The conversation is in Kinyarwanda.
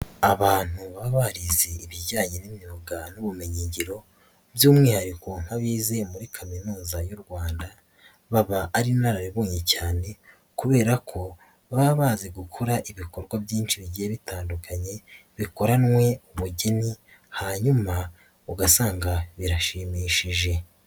Abantu baba barize ibijyanye n'imyuga n'ubumenyingiro by'umwihariko nk'abize muri Kaminuza y'u Rwanda, baba ari inararibonye cyane kubera ko baba bazi gukora ibikorwa byinshi bigiye bitandukanye, bikoranwe ubugeni hanyuma ugasanga birashimishije.